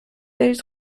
برین